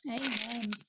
Amen